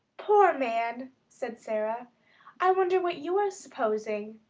poor man! said sara i wonder what you are supposing?